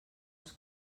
els